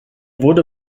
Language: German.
wurde